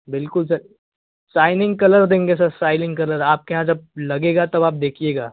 बिल्कुल sir shining colour देंगे sir shining colour आपके यहाँ जब लगेगा तब आप देखिएगा